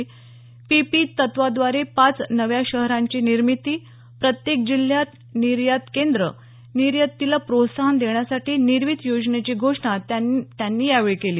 PPP तत्वाद्वारे पाच नव्या शहरांची निर्मिती प्रत्येक जिल्ह्यात निर्यात केंद्र निर्यातीला प्रोत्साहन देण्यासाठी निर्वीत योजनेची घोषणा त्यांनी यावेळी केली